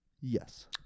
yes